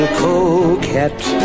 coquette